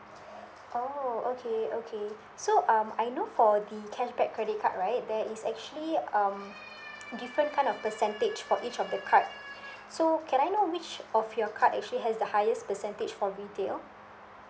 oh okay okay so um I know for the cashback credit card right there is actually um different kind of percentage for each of the card so can I know which of your card actually has the highest percentage for retail